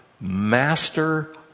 master